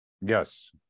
Yes